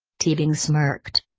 teabing smirked.